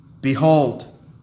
Behold